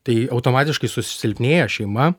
tai automatiškai susilpnėja šeima